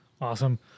Awesome